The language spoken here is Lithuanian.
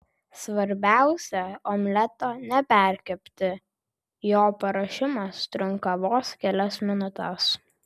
svarbiausia omleto neperkepti jo paruošimas trunka vos kelias minutes